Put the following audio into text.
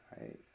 right